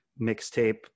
mixtape